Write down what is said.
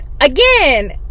again